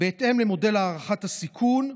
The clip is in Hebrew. בהתאם למודל הערכת הסיכון,